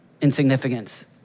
insignificance